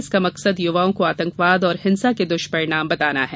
इसका मकसद युवाओं को आतंकवाद और हिंसा के दुष्परिणाम बताना है